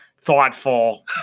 thoughtful